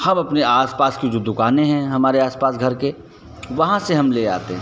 हम अपने आस पास की जो दुकानें हैं हमारे आस पास घर के वहाँ से हम ले आते हैं